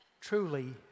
truly